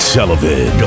Sullivan